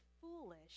foolish